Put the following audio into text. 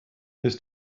his